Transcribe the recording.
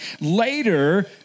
Later